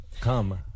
come